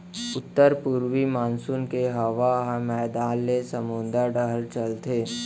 उत्तर पूरवी मानसून के हवा ह मैदान ले समुंद डहर चलथे